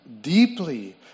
deeply